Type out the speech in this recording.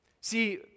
See